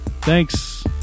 Thanks